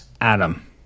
Adam